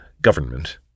government